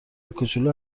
کوچولو